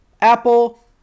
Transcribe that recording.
apple